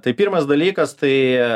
tai pirmas dalykas tai